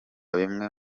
bimwe